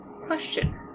Question